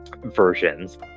versions